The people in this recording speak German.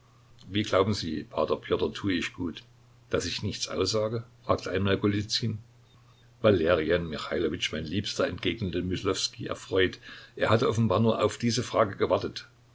wie glauben sie p pjotr tue ich gut daß ich nichts aussage fragte einmal golizyn valerian michailowitsch mein liebster entgegnete myslowskij erfreut er hatte offenbar nur auf diese frage gewartet